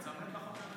תיצמד לחוק הזה.